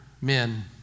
men